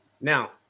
Now